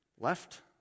left